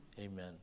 Amen